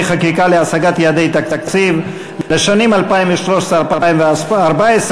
חקיקה להשגת יעדי התקציב לשנים 2013 2014),